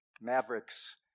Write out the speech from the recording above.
Maverick's